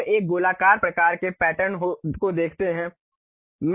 अब एक गोलाकार प्रकार के पैटर्न को देखते हैं